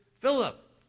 Philip